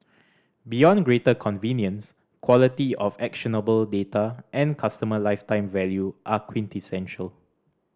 beyond greater convenience quality of actionable data and customer lifetime value are quintessential